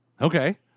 Okay